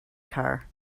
car